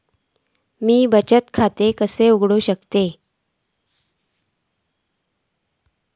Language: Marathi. म्या बचत खाते खय उघडू शकतय?